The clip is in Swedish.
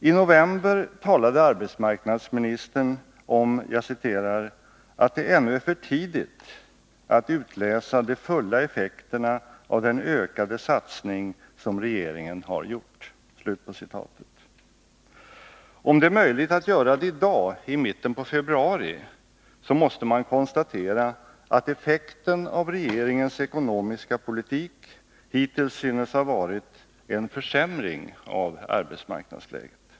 I november talade arbetsmarknadsministern om ”att det ännu är för tidigt att utläsa de fulla effekterna av den ökade satsning som regeringen har gjort”. Om det är möjligt att göra det i dag, i mitten på februari, så måste man konstatera att effekten av regeringens ekonomiska politik hittills synes ha varit en försämring av arbetsmarknadsläget.